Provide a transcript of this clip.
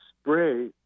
spray